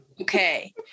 okay